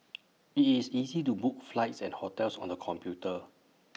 IT is easy to book flights and hotels on the computer